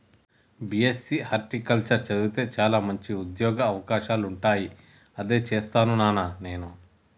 BSc horticulture చదివితే చాల మంచి ఉంద్యోగ అవకాశాలుంటాయి అదే చేస్తాను నానా నేను